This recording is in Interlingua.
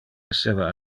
esseva